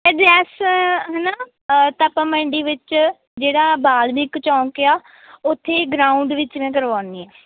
address ਹੈ ਨਾ ਅ ਤਾਂ ਆਪਾਂ ਮੰਡੀ ਵਿੱਚ ਜਿਹੜਾ ਬਾਲਮੀਕ ਚੌਂਕ ਆ ਉੱਥੇ ਗਰਾਊਂਡ ਵਿੱਚ ਮੈਂ ਕਰਵਾਉਂਦੀ ਹਾਂ